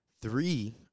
three